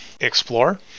explore